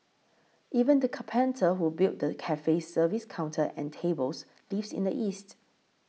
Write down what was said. even the carpenter who built the cafe's service counter and tables lives in the east